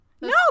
No